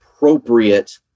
appropriate